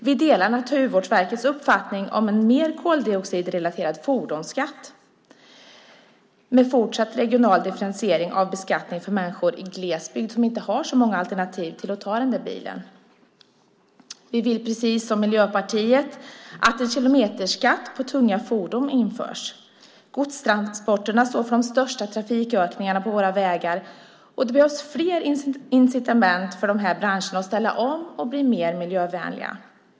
Vi delar Naturvårdsverkets uppfattning om en mer koldioxidrelaterad fordonsskatt med en fortsatt regional differentiering av beskattningen med tanke på människor i glesbygd som inte har så många alternativ till att ta den där bilen. Vi vill precis som Miljöpartiet att en kilometerskatt på tunga fordon införs. Godstransporterna står för de största trafikökningarna på våra vägar. Och det behövs fler incitament för de här branscherna att ställa om och bli mer miljövänliga.